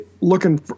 looking